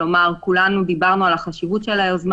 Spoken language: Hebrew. כלומר כולנו דיברנו על החשיבות של היוזמה